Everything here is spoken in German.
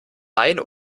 ein